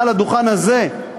מעל הדוכן הזה,